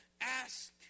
Ask